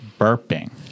burping